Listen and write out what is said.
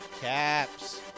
Caps